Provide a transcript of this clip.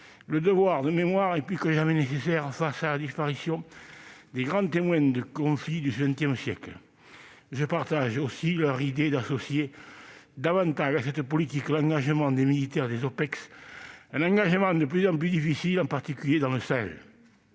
le devoir de mémoire est plus que jamais nécessaire face à la disparition des grands témoins des conflits du XX siècle. Je partage aussi leur idée d'associer davantage à cette politique l'engagement des militaires en OPEX, qui est de plus en plus difficile, en particulier au Sahel.